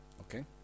okay